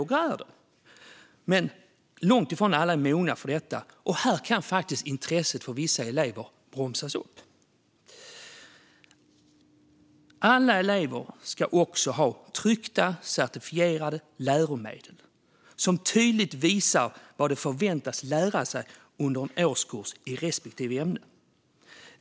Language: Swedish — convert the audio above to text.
Några är det, men långt ifrån alla, och här kan intresset hos vissa elever bromsas upp. Alla elever ska ha tryckta, certifierade läromedel, som tydligt visar vad de förväntas lära sig under en årskurs i respektive ämne.